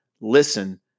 Listen